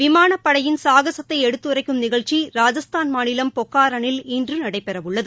விமானப்படையின் சாககத்தை எடுத்துரைக்கும் நிகழ்ச்சி ராஜஸ்தான் மாநிலம் போக்ரானில் இன்று நடைபெறவுள்ளது